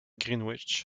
greenwich